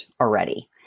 already